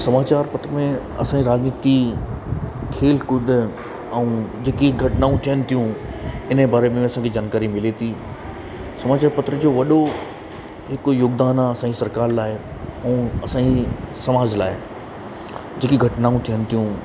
समाचार पत्र में असांजी राजनीति खेल कूद ऐं जेकी घटनाऊं थियनि तियूं इन जे बारे में असांखे जानकारी मिले थी समाचार पत्र जो वॾो हिकु योगदानु आहे असांजी सरकार लाइ ऐं असांजे समाज लाइ जेकी घटनाऊं थियनि थियूं